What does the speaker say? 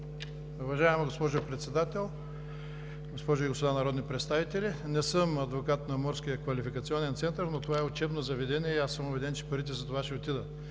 Уважаема госпожо Председател, госпожи и господа народни представители! Не съм адвокат на Морския квалификационен център, но това е учебно заведение и аз съм убеден, че парите ще отидат